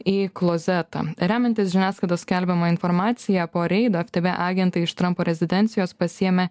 į klozetą remiantis žiniasklaidos skelbiama informacija po reido ftb agentai iš trampo rezidencijos pasiėmė